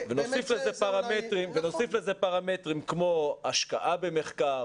ונוסיף לזה פרמטרים כמו השקעה במחקר